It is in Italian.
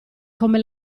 come